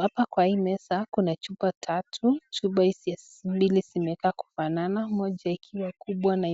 Hapa kwa hii meza kuna chupa tatu. Chupa hizi mbili zimeweza kufanana moja ikiwa kubwa na